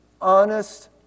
Honest